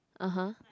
(uh huh)